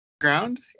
ground